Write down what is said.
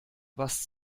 was